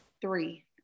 three